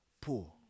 poor